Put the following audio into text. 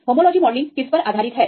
homology modelling किस पर आधारित है